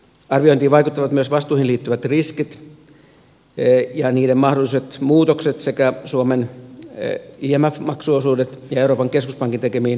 arviointiin vaikuttavat myös vastuihin liittyvät riskit ja niiden mahdolliset muutokset sekä suomen imf maksuosuudet ja euroopan keskuspankin tekemiin vakauttamistoimiin liittyvät riskit